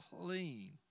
clean